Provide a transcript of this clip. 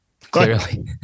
clearly